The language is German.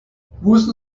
wussten